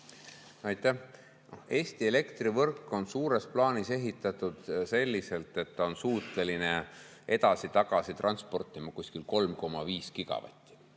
Aitäh! Eesti elektrivõrk on suures plaanis ehitatud selliselt, et ta on suuteline edasi-tagasi transportima kuskil 3,5 gigavatti.